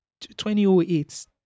2008